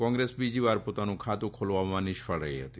કોંગ્રેસ બીજીવાર પોતાનું ખાતું ખોલવામાં નિષ્ફળ રહી હતી